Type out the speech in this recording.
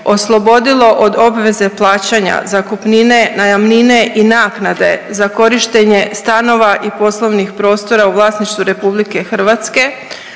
oslobodilo od obveze plaćanja zakupnine, najamnine i naknade za korištenje stanova i poslovnih prostora u vlasništvu Republike Hrvatske